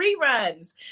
reruns